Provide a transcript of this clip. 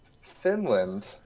Finland